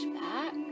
back